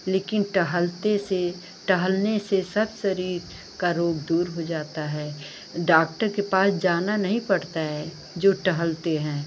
लेकिन टहलते से टहलने से सब शरीर का रोग दूर हो जाता है डॉक्टर के पास जाना नहीं पड़ता है जो टहलते हैं